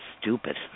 stupid